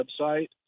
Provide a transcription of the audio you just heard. website